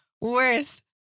worst